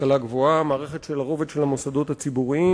השכלה גבוהה: מערכת של הרובד של המוסדות הציבוריים,